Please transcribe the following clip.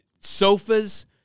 sofas